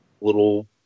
little